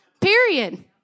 period